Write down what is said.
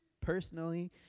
personally